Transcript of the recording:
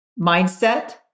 mindset